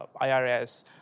IRS